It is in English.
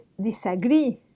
disagree